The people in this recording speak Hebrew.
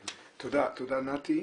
תודה, נתי.